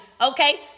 Okay